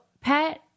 pet